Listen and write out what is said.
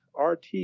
RT